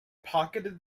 pocketed